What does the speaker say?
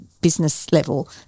business-level